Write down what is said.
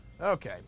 Okay